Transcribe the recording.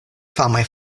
famaj